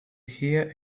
hear